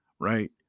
right